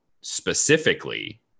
specifically